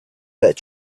that